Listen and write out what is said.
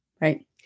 Right